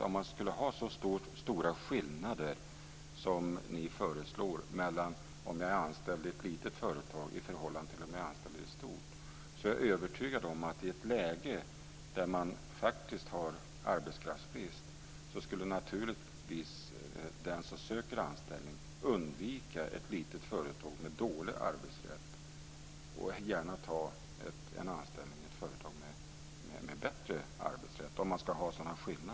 Om det skulle vara så stora skillnader som ni föreslår mellan att vara anställd i ett litet företag och att vara anställd i ett stort företag är jag övertygad om att i ett läge där det faktiskt är arbetskraftsbrist skulle naturligtvis den som söker anställning undvika ett litet företag med dålig arbetsrätt och gärna ta en anställning i ett företag med bättre arbetsrätt.